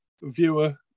viewer